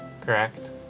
correct